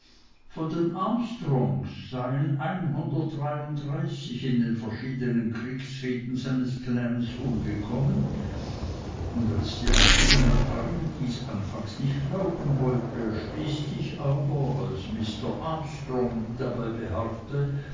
von den armstrongs seien einhundertdreiunddreißig in den verschiedenen kriegsfehden seines clans umgekommen und als die alte generalin dies anfangs nicht glauben wollte schließlich aber als mister armstrong dabei beharrte